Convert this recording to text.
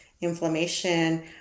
inflammation